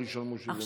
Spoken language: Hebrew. איך ישלמו 70%?